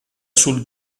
sul